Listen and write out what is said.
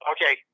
Okay